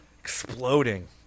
exploding